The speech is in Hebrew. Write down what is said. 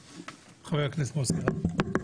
חבר הכנסת מוסי רז, בבקשה.